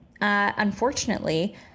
Unfortunately